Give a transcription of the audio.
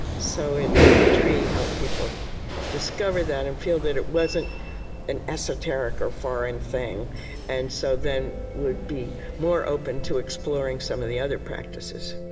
so the tree helped people discover that and feel that it wasn't an esoteric or foreign thing and so then would be more open to exploring some of the other practices